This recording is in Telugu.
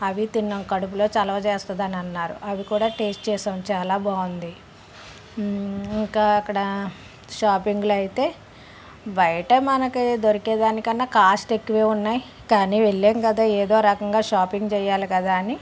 అవి తిన్నాం కడుపులో చలవ చేస్తుందని అన్నారు అవి కూడా టేస్ట్ చేసాం చాలా బాగుంది ఇంకా అక్కడ షాపింగ్లు అయితే బయట మనకి దొరికే దానికన్నా కాస్ట్ ఎక్కువ ఉన్నాయి కానీ వెళ్ళాం కదా ఏదో రకంగా షాపింగ్ చేయాలి కదా అని